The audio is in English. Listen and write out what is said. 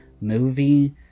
movie